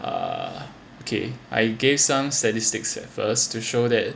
uh okay I gave some statistics at first to show that